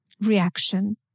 reaction